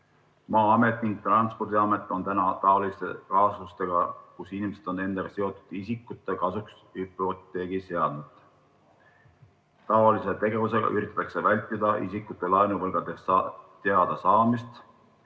Maa-amet ning ka Transpordiamet on täna hädas taoliste kaasustega, kus inimesed on endaga seotud isikute kasuks hüpoteegi seadnud. Taolise tegevusega üritatakse vältida isikute laenuvõlgadest